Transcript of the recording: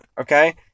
okay